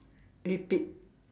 repeat